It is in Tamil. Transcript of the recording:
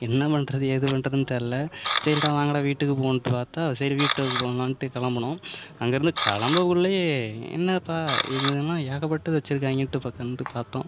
என்ன பண்ணுறது ஏது பண்ணுறதுன்னு தெரில சரிடா வாங்கடா வீட்டுக்கு போவோம்ன்ட்டு பார்த்தா சரி வீட்டுக்கு போலாம்ன்ட்டு கிளம்புனோம் அங்கேருந்து கிளம்ப வீட்லயே என்னப்பா இதலாம் ஏகப்பட்டது வச்சிருக்காங்கன்ட்டு பார்த்தோன்ட்டு பார்த்தோம்